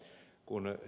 kun ed